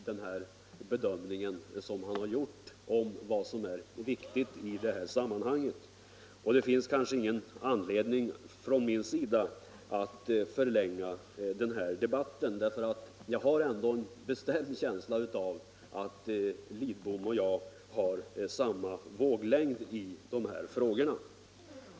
Det finns ingen anledning för mig att förlänga debatten, eftersom jag har en bestämd känsla av att statsrådet Lidbom och jag är på samma våglängd i de här frågorna.